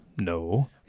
No